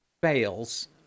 fails